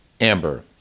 Amber